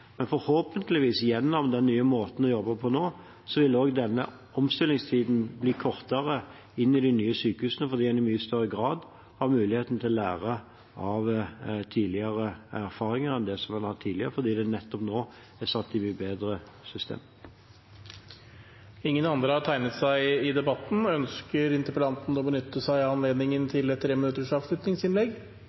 men forhåpentligvis, gjennom den nye måten å jobbe på, vil også denne omstillingstiden bli kortere for de nye sykehusene fordi en i mye større grad enn tidligere har muligheten til å lære av tidligere erfaringer, nettopp fordi det er satt bedre i system nå. Ingen andre har tegnet seg i debatten. Ønsker interpellanten å benytte seg av anledningen til et treminutters avslutningsinnlegg?